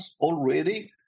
already